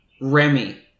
Remy